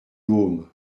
heaume